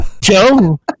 Joe